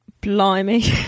blimey